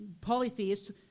polytheists